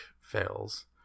fails